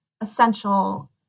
essential